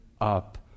up